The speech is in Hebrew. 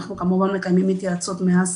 אנחנו כמובן מקיימים התייעצות עוד מאז